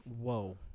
Whoa